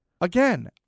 Again